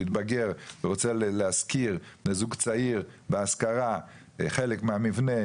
רוצה להשכיר לזוג צעיר בהשכרה חלק מהמבנה,